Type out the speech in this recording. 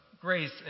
grace